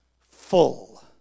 full